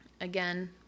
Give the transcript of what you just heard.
again